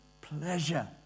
pleasure